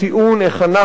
איך אנחנו,